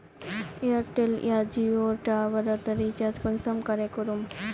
Airtel या जियोर top up recharge कुंसम करे करूम?